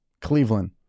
Cleveland